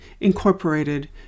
incorporated